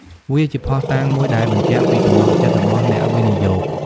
វាជាភស្តុតាងមួយដែលបញ្ជាក់ពីទំនុកចិត្តរបស់អ្នកវិនិយោគ។